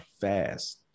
fast